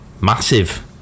massive